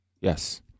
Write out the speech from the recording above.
Yes